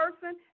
person